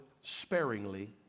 sparingly